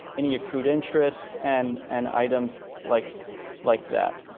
any accrued interest and and items like like that.